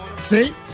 See